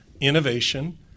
innovation